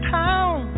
town